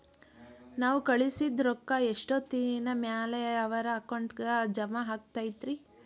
ನಾವು ಕಳಿಸಿದ್ ರೊಕ್ಕ ಎಷ್ಟೋತ್ತಿನ ಮ್ಯಾಲೆ ಅವರ ಅಕೌಂಟಗ್ ಜಮಾ ಆಕ್ಕೈತ್ರಿ?